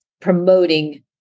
promoting